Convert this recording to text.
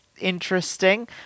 interesting